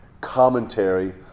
commentary